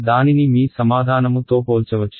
దానిని మీ సమాధానము తో పోల్చవచ్చు